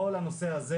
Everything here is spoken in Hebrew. כל הנושא הזה